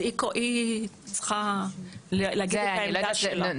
היא צריכה להגיד את העמדה שלה.